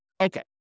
Okay